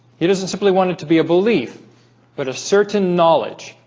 he doesn't simply want it to be a belief but a certain knowledge